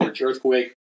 earthquake